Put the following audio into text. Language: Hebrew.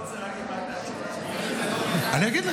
אני לא רוצה להגיד מה הייתה התשובה.